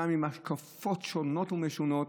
גם עם השקפות שונות ומשונות,